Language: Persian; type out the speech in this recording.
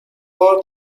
بار